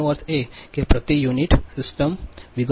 તેનો અર્થ એ કે પ્રતિ યુનિટ સિસ્ટમ વિગતો આપવામાં આવે છે